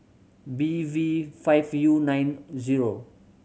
B V five U nine zero